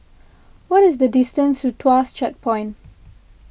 what is the distance to Tuas Checkpoint